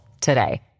today